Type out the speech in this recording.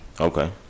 Okay